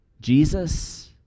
Jesus